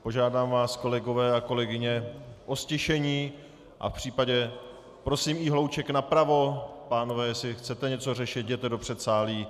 Požádám vás, kolegové a kolegyně, o ztišení a prosím i hlouček napravo, pánové, jestli chcete něco řešit, jděte do předsálí.